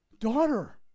daughter